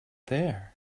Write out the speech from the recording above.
there